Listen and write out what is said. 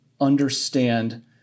understand